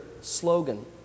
slogan